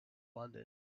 london